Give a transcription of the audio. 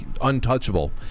untouchable